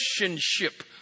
relationship